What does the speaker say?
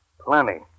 Plenty